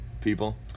people